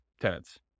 tenants